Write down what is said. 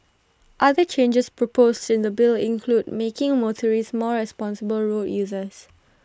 other changes proposed in the bill include making motorists more responsible road users